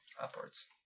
upwards